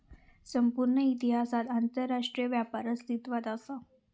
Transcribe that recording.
संपूर्ण इतिहासात आंतरराष्ट्रीय व्यापार अस्तित्वात असा